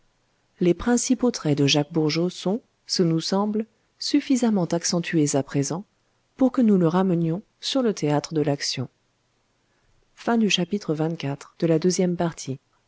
les principaux traits de jacques bourgeot sont ce nous semble suffisamment accentués à présent pour que nous le ramenions sur le théâtre de l'action xxv